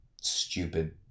stupid